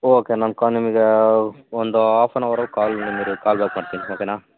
okay ನನ್ನ ಕಾ ನಿಮಗೇ ಒಂದು ಆಫ್ ಆ್ಯನ್ ಅವರಲ್ಲಿ ಕಾಲ್ ನಂಬರಿಗೆ ಕಾಲ್ ಬ್ಯಾಕ್ ಮಾಡ್ತೀನಿ ಓಕೆನ